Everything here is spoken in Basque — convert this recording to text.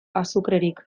azukrerik